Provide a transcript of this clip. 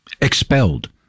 expelled